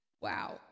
Wow